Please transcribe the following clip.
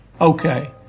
Okay